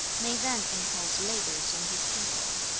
may then impose labours on his people.